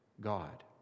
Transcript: God